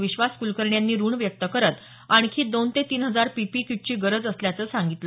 विश्वास कुलकर्णी यांनी ऋण व्यक्त करत आणखी दोन ते तीन हजार पीपीई किटची गरज असल्याचं सांगितलं